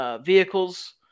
vehicles